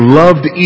loved